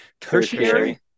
Tertiary